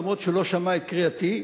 אף שלא שמע את קריאתי,